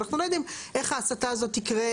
אנחנו לא יודעים איך ההסטה הזאת תקרה,